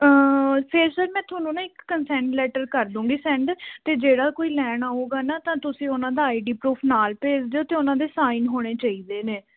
ਫਿਰ ਸਰ ਮੈਂ ਤੁਹਾਨੂੰ ਨਾ ਇੱਕ ਕੰਸੈਂਡ ਲੈਟਰ ਕਰ ਦੂੰਗੀ ਸੈਂਡ ਅਤੇ ਜਿਹੜਾ ਕੋਈ ਲੈਣ ਆਉਗਾ ਨਾ ਤਾਂ ਤੁਸੀਂ ਉਹਨਾਂ ਦਾ ਆਈ ਡੀ ਪਰੂਫ ਨਾਲ ਭੇਜ ਦਿਓ ਅਤੇ ਉਹਨਾਂ ਦੇ ਸਾਈਨ ਹੋਣੇ ਚਾਹੀਦੇ ਨੇ